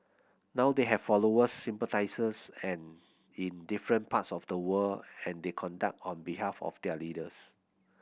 now they have followers sympathisers and in different parts of the world and they conduct on behalf of their leaders